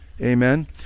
Amen